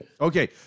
Okay